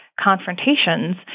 confrontations